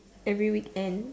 every weekend